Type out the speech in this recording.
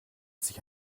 sich